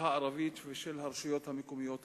הערבית ושל הרשויות המקומיות הערביות.